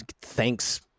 thanks